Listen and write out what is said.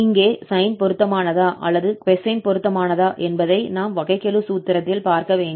இங்கே சைன் பொருத்தமானதா அல்லது கொசைன் பொருத்தமானதா என்பதை நாம் வகைக்கெழு சூத்திரத்தில் பார்க்க வேண்டும்